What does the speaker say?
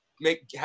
make